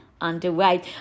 underway